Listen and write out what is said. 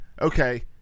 Okay